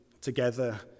together